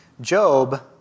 Job